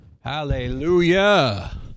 Hallelujah